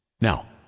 Now